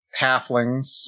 halflings